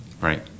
Right